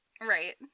Right